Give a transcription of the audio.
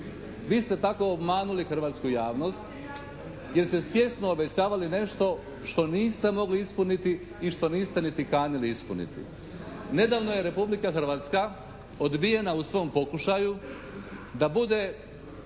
Vi ste tako obmanuli hrvatsku javnost jer ste svjesno obećavali nešto što niste mogli ispuniti i što niste kanili niti ispuniti. Nedavno je Republika Hrvatska odbijena u svom pokušaju da bude